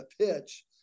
pitch